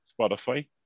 Spotify